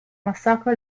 massacro